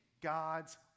God's